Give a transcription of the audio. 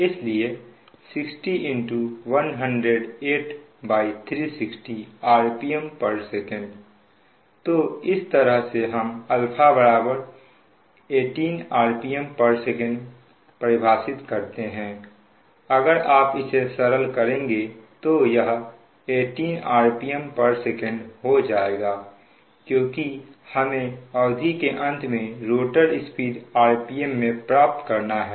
इसलिए 60 108360 rpmsec तो इस तरह से हम α 18 rpmsec परिभाषित करते हैं अगर आप इसे सरल करेंगे तो यह 18 rpmsec हो जाएगा क्योंकि हमें अवधि के अंत में रोटर स्पीड rpm में प्राप्त करना है